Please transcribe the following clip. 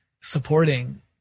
supporting